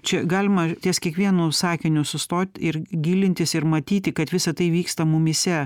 čia galima ties kiekvienu sakiniu sustot ir gilintis ir matyti kad visa tai vyksta mumyse